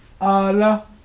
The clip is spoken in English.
Allah